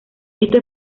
esto